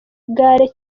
gare